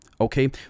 Okay